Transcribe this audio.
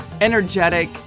energetic